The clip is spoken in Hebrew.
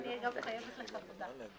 אני אגב חייבת לך תודה.